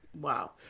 wow